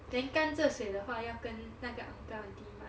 then 甘蔗水的话要跟那个 uncle aunty 买